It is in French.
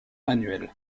annuels